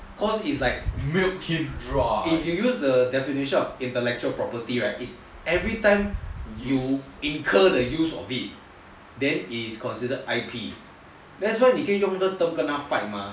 cause it's like if you use the definition of intellectual property right is every time you incur the use of it then is considered I_T that's why 你可以用这个跟他 fight mah